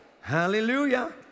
Hallelujah